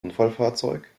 unfallfahrzeug